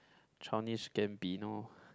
Childish-Gambino